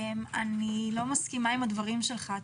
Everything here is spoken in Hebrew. לפני כן אני אומר שאני לא מסכימה עם הדברים שלך.